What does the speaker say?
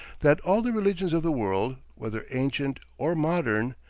that all the religions of the world, whether ancient or modern,